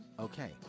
Okay